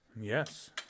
Yes